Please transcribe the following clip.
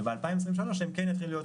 ב-2023 הם כן יתחילו.